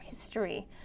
history